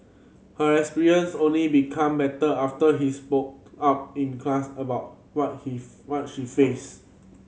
her experience only become better after he spoke up in class about what he what she faced